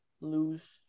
lose